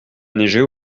neiger